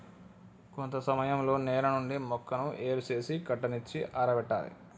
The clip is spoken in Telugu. కొంత సమయంలో నేల నుండి మొక్కను ఏరు సేసి కట్టనిచ్చి ఆరబెట్టాలి